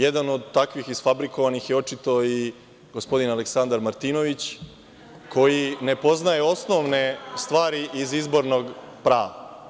Jedan od takvih izfabrikovanih je očito i gospodin Aleksandar Martinović koji ne poznaje osnovne stvari iz izbornog prava.